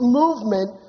movement